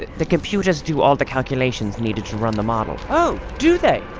the computers do all the calculations needed to run the model. oh, do they?